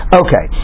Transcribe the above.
okay